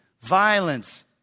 violence